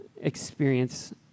experience